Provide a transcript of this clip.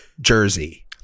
jersey